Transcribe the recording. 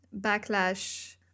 backlash